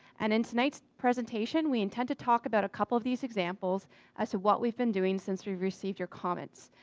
and in tonight's presentation we intend to talk about a couple of these examples as to what we've been doing since we received your comments.